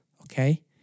okay